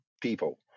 people